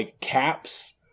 caps